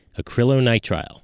acrylonitrile